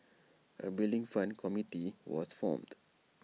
A Building Fund committee was formed